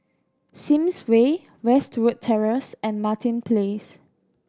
Sims Way Westwood Terrace and Martin Place